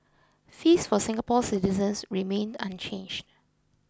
fees for Singapore citizens remain unchanged